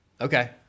okay